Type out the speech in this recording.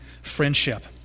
friendship